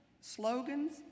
slogans